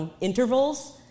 intervals